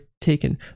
taken